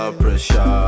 pressure